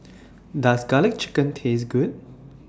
Does Garlic Chicken Taste Good